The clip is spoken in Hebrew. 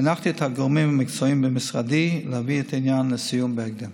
הנחיתי את הגורמים המקצועיים במשרדי להביא את העניין לסיום בהקדם.